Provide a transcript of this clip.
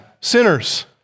sinners